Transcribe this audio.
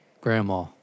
grandma